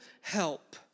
help